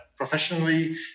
Professionally